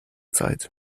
zeit